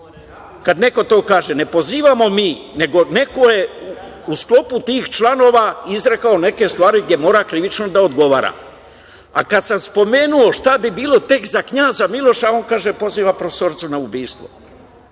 kada neko to kaže. Ne pozivamo mi, nego je neko u sklopu tih članova izrekao neke stvari gde krivično mora da odgovara. Kada sam spomenuo šta bi bilo tek za knjaza Miloša, on kaže da poziva profesoricu na ubistvo.